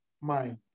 mind